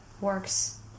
works